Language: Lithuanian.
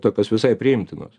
tokios visai priimtinos